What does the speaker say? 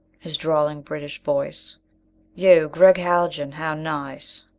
his drawling, british voice you, gregg haljan! how nice!